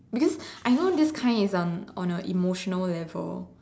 because I know this kind is on a on a emotional level